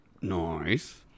Nice